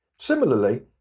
Similarly